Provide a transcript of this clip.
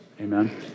Amen